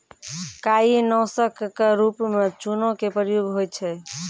काई नासक क रूप म चूना के प्रयोग होय छै